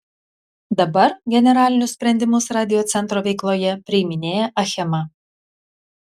dabar generalinius sprendimus radiocentro veikloje priiminėja achema